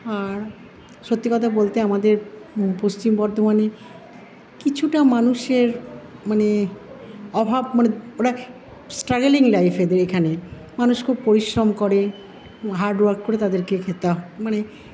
আর সত্যি কথা বলতে আমাদের পশ্চিম বর্ধমানে কিছুটা মানুষের মানে অভাব মানে ওরা স্ট্রাগেলিং লাইফ এদের এখানে মানুষ খুব পরিশ্রম করে হার্ডওয়ার্ক করে তাদেরকে খেতে হয় মানে